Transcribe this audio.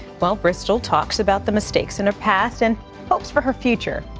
well, bristol talks about the mistakes in her past and hopes for her future,